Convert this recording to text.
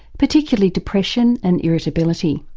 particularly depression and irritability,